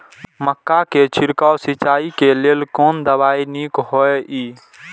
मक्का के छिड़काव सिंचाई के लेल कोन दवाई नीक होय इय?